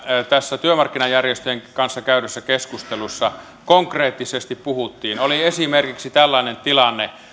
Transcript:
tässä työmarkkinajärjestöjen kanssa käydyssä keskustelussa konkreettisesti puhuttiin oli esimerkiksi tällainen tilanne